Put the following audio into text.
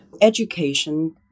Education